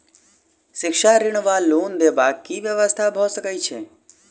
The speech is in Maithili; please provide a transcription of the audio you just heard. शिक्षा ऋण वा लोन देबाक की व्यवस्था भऽ सकै छै?